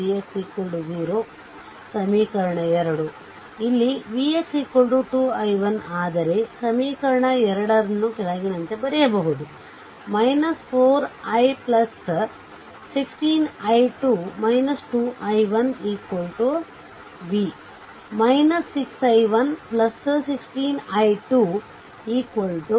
vx 2 i1 ಆದರೆ ಸಮೀಕರಣ ನ್ನು ಕೆಳಗಿನಂತೆ ಬರೆಯಬಹುದು 4 i1 16 i2 2 i1 v 6 i1 16 i2 v